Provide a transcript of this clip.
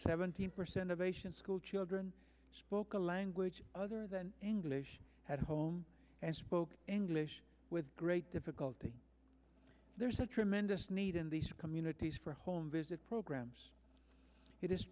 seventeen percent of asian schoolchildren spoke a language other than english at home and spoke english with great difficulty there's a tremendous need in these communities for home visit programs it is